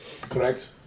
correct